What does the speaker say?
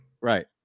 Right